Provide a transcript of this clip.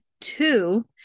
two